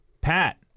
Pat